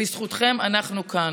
בזכותכם אנחנו כאן.